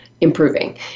improving